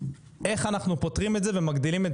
איך אנחנו פותרים את זה ומגדילים את